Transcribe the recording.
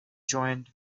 joined